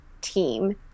team